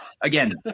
again